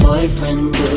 Boyfriend